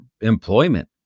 employment